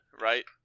right